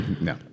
No